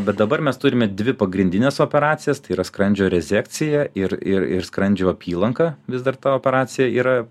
bet dabar mes turime dvi pagrindines operacijas tai yra skrandžio rezekcija ir ir ir skrandžio apylanka vis dar ta operacija yra